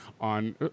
on